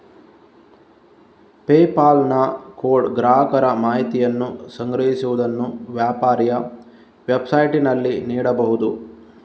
PayPal ನ code ಗ್ರಾಹಕರ ಮಾಹಿತಿಯನ್ನು ಸಂಗ್ರಹಿಸುವುದನ್ನು ವ್ಯಾಪಾರಿಯ ವೆಬ್ಸೈಟಿನಲ್ಲಿ ನೀಡಬಹುದು